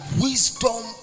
wisdom